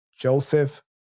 Joseph